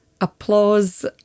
applause